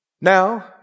Now